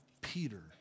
Peter